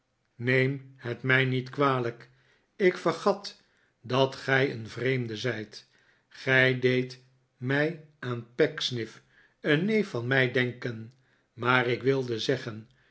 neem het mij niet kwalijk ik vergat dat gij een vreemde zijt gij deedt mij aan pecksniff een neef van mij denken maar ik wilde zeggen